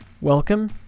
Welcome